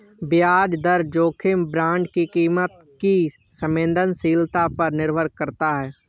ब्याज दर जोखिम बांड की कीमत की संवेदनशीलता पर निर्भर करता है